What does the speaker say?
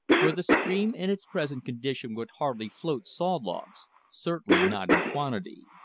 for the stream in its present condition would hardly float saw logs, certainly not in quantity.